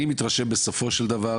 אני מתרשם בסופו של דבר,